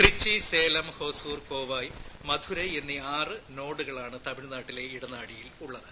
ത്രിച്ചി സേലം ഹൊസൂർ കോവായ് മധുരൈ എന്നീ ആറ് നോഡുകളാണ് തമിഴ്നാട്ടിലെ ഇടനാഴിയിൽ ഉള്ളത്